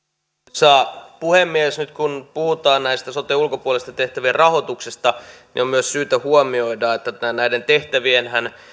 arvoisa puhemies nyt kun puhutaan näiden soten ulkopuolisten tehtävien rahoituksesta niin on myös syytä huomioida että näiden tehtävien